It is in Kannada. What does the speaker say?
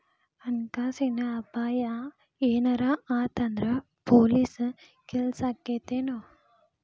ಹಣ ಕಾಸಿನ್ ಅಪಾಯಾ ಏನರ ಆತ್ ಅಂದ್ರ ಪೊಲೇಸ್ ಕೇಸಾಕ್ಕೇತೆನು?